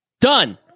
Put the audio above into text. Done